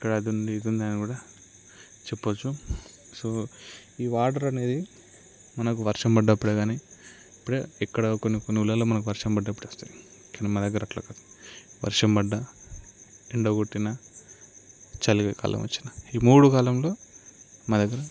అక్కడ అది ఉంది ఇది ఉంది అని కూడా చెప్పవచ్చు సో ఈ వాటర్ అనేది మనకు వర్షం పడ్డప్పుడే కానీ అప్పుడే ఇక్కడ కొన్ని కొన్ని ఊళ్ళలో మనకు వర్షం పడ్డప్పుడు వస్తాయి కాని మా దగ్గర అట్లా కాదు వర్షం పడ్డా ఎండ పుట్టినా చలి కాలం వచ్చినా ఈ మూడు కాలంలో మా దగ్గర